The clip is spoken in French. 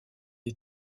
est